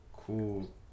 cool